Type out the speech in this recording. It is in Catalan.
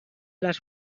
les